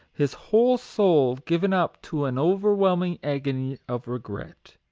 his whole soul given up to an overwhelming agony of regret.